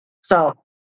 So-